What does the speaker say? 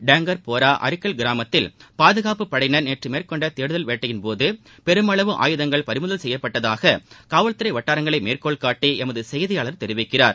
டேங்கர்போரா அரிகல் கிராமத்தில் பாதுகாப்புப் படையினர் நேற்று மேற்கொண்ட தேடுதல் வேட்டையின் போது பெருமளவு ஆயுதங்கள் பறிமுதல் செய்யப்பட்டதாக காவல்துறை வட்டாரங்களை மேற்கோள்காட்டி எமது செய்தியாளர் தெரிவிக்கிறார்